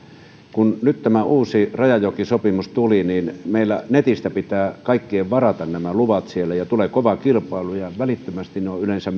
kun nyt tämä uusi rajajokisopimus tuli että meillä netistä pitää kaikkien varata nämä luvat ja tulee kova kilpailu ja välittömästi ne on yleensä